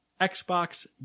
Xbox